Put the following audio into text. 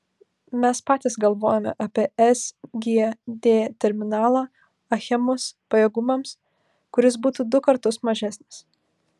mes patys galvojome apie sgd terminalą achemos pajėgumams kuris būtų du kartus mažesnis